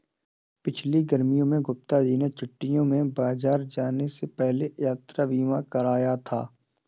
पिछली गर्मियों में गुप्ता जी ने छुट्टियों में बाहर जाने से पहले यात्रा बीमा कराया था